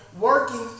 working